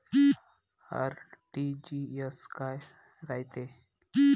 RTGS काय रायते?